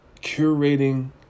curating